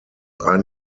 ein